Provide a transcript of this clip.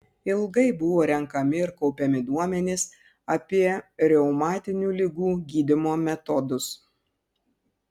ilgai buvo renkami ir kaupiami duomenys apie reumatinių ligų gydymo metodus